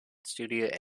studio